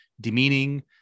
demeaning